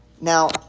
Now